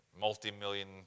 multi-million